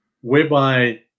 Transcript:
whereby